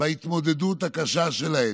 בהתמודדות הקשה שלהם.